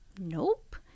nope